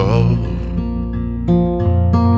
love